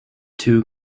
two